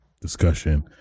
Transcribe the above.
discussion